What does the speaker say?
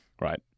right